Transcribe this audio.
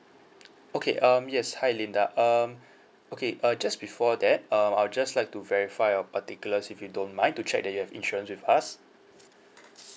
okay um yes hi linda um okay uh just before that um I'll just like to verify your particulars if you don't mind to check that you have insurance with us